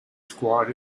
squad